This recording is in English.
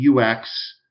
UX